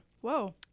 Whoa